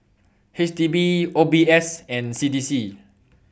H D B O B S and C D C